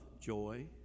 joy